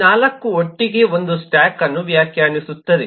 ಈ 4 ಒಟ್ಟಿಗೆ ಒಂದು ಸ್ಟ್ಯಾಕ್ ಅನ್ನು ವ್ಯಾಖ್ಯಾನಿಸುತ್ತದೆ